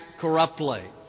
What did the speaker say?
corruptly